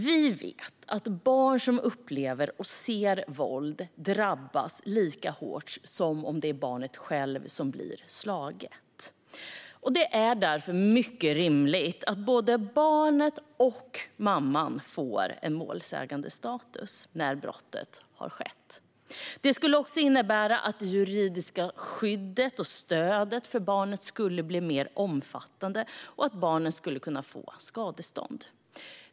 Vi vet att barn som upplever och ser våld drabbas lika hårt som om det är barnet självt som har blivit slaget. Det är därför mycket rimligt att både barnet och mamman får målsägandestatus när brottet har skett. Det skulle också innebära att det juridiska skyddet och stödet för barnet blir mer omfattande och att barnet kan få skadestånd.